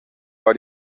war